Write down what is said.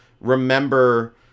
remember